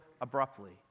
abruptly